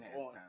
on